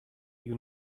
you